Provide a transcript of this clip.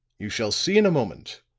you shall see in a moment,